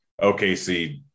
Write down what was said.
OKC